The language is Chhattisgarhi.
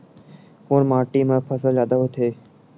कोन माटी मा फसल जादा होथे?